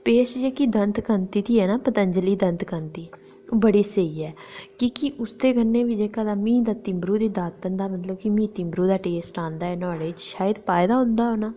paste जेह्की दंत कांति दी ऐ ना पतंजलि दतं कांति दी एह् बड़ी स्हेई ऐ की के उसदे कन्नै बी जेह्का मिगी ते मिगी तिंबरू दी दातन दा ते तिंबरू दा टेस्ट औंदा ऐ न्हाड़े च शायद पाए दा होना ऐ